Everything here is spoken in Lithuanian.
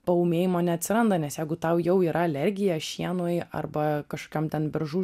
paūmėjimo neatsiranda nes jeigu tau jau yra alergija šienui arba kažkokiom ten beržų